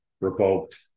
revoked